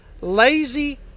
lazy